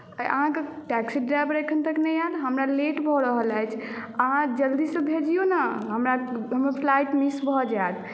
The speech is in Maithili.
आओर अहाँके टैक्सी ड्राइवर एखन तक नहि आयल हमरा लेट भऽ रहल अछि अहाँ जल्दीसँ भेजियौ ने हमर फ्लाइट मिस भऽ जायत